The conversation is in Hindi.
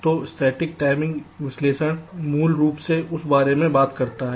तो स्थैतिक समय विश्लेषण मूल रूप से उस बारे में बात करता है